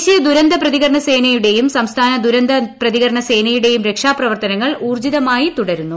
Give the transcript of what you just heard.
ദേശീയ ദുരന്ത പ്രതിക്ർണ സേനയുടെയും സംസ്ഥാന ദുരന്ത പ്രതികരണ സേനയുടെയും രക്ഷാപ്പ്രവർത്തനങ്ങൾ ഊർജ്ജിതമായി തുടരുന്നു